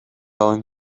alun